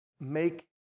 Make